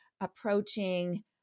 approaching